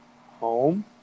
home